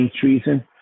treason